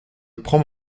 prends